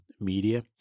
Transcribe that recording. media